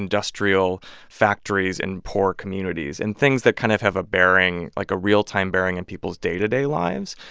industrial factories in poor communities and things that kind of have a bearing like a real-time bearing in people's day-to-day lives?